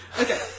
Okay